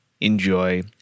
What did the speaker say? enjoy